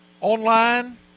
online